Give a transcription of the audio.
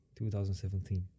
2017